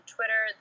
Twitter